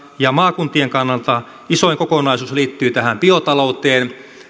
ja maakuntien kannalta isoin kokonaisuus liittyy tähän biotalouteen